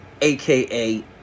aka